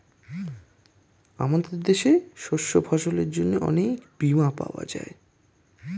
আমাদের দেশে শস্য ফসলের জন্য অনেক বীমা পাওয়া যায়